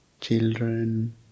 children